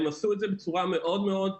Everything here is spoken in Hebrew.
הם עשו את זה בצורה מאוד מאוד מבוזרת.